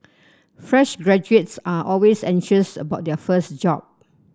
fresh graduates are always anxious about their first job